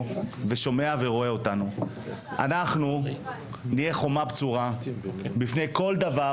שומע ורואה אותנו: אנחנו נהיה חומה בצורה בפני כל דבר